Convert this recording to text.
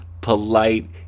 polite